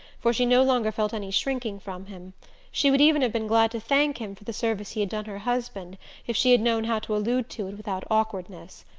for she no longer felt any shrinking from him she would even have been glad to thank him for the service he had done her husband if she had known how to allude to it without awkwardness.